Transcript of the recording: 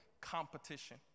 competition